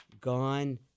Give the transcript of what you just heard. gone